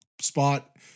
spot